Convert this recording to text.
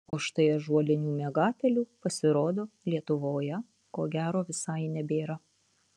o štai ąžuolinių miegapelių pasirodo lietuvoje ko gero visai nebėra